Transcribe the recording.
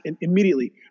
immediately